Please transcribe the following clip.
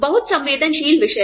बहुत संवेदनशील विषय